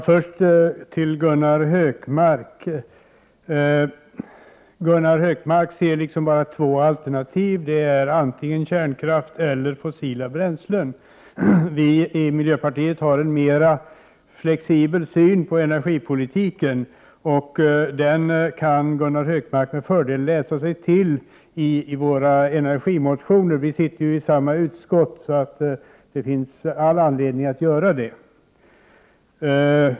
Fru talman! Gunnar Hökmark ser bara två alternativ, nämligen kärnkraft eller fossila bränslen. Vi i miljöpartiet har en mera flexibel syn på energipolitiken. Den kan Gunnar Hökmark med fördel läsa sig till i våra energimotioner. Vi sitter ju i samma utskott. Därför finns det all anledning att göra det.